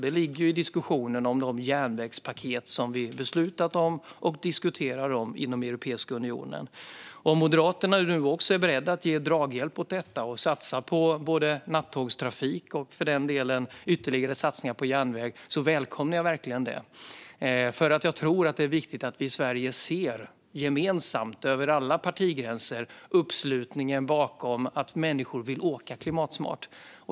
Det ligger i diskussionen om de järnvägspaket som vi har beslutat om och som vi diskuterar inom Europeiska unionen. Om Moderaterna och Anders Hansson är beredda att ge draghjälp åt detta och satsa på nattågstrafik, och för den delen göra ytterligare satsningar på järnväg, välkomnar jag verkligen det. Jag tror att det är viktigt att vi i Sverige gemensamt över alla partigränser ser uppslutningen bakom att åka klimatsmart.